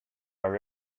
our